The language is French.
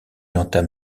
entame